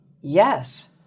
Yes